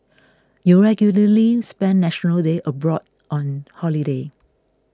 you regularly spend National Day abroad on holiday